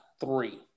three